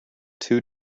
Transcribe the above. two